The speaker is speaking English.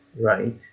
right